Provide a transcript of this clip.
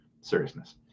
seriousness